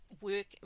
work